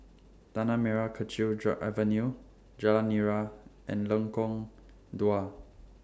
Tanah Merah Kechil Avenue Jalan Nira and Lengkong Dua